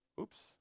oops